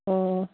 অঁ